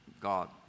God